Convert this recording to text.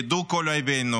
ידעו כל אויבינו